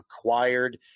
acquired